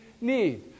need